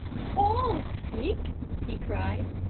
hom'-sik, he cried,